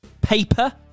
paper